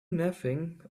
nothing